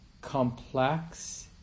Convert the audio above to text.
complex